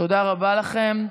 תודה רבה לכם.